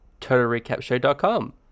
Totalrecapshow.com